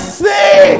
see